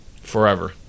Forever